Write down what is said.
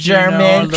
German